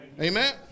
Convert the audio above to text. Amen